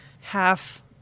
half